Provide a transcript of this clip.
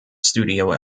studio